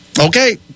okay